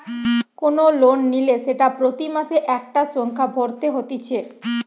কোন লোন নিলে সেটা প্রতি মাসে একটা সংখ্যা ভরতে হতিছে